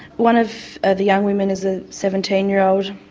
one of the young women is a seventeen year old.